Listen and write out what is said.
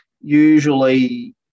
usually